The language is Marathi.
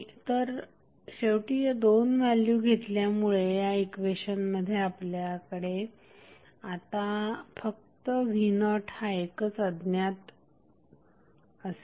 तर शेवटी या दोन व्हॅल्यु घेतल्यामुळे ह्या इक्वेशनमध्ये आपल्याकडे आता फक्त v0हा एकच अज्ञात असेल